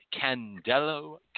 Candelo